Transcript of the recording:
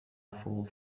fault